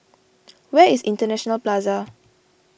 where is International Plaza